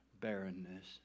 barrenness